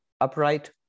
upright